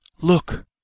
Look